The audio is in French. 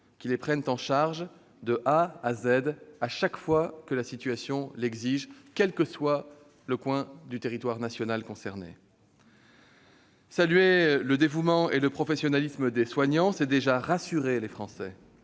et les prennent en charge de A à Z chaque fois que la situation l'exige, quel que soit le point du territoire national concerné. Saluer le dévouement et le professionnalisme des soignants, c'est déjà rassurer les Français.